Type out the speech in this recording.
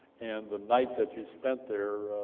and the night that you spent there,